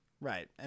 Right